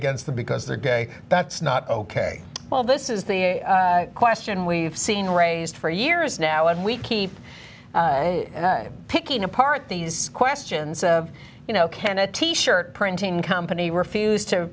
against the because they're gay that's not ok well this is the question we've seen raised for years now and we keep picking apart these questions of you know can a t shirt printing company refuse to